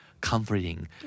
comforting